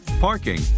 parking